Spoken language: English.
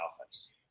offense